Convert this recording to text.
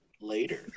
later